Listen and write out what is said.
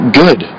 good